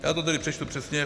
Já to tedy přečtu přesně.